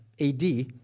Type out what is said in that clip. AD